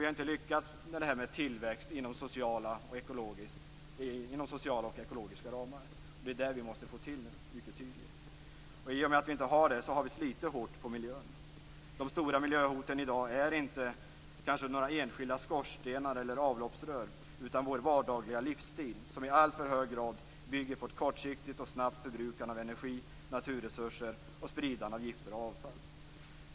Vi har inte lyckats med att åstadkomma tillväxt inom sociala och ekologiska ramar. Vi måste nu få till stånd en sådan tillväxt. I och med att vi inte har lyckats med det har vi slitit hårt på miljön. De stora miljöhoten i dag är inte några enskilda skorstenar eller avloppsrör utan det är vår vardagliga livsstil som i alltför hög grad bygger på ett kortsiktigt och snabbt förbrukande av energi, naturresurser och spridande av gifter och avfall.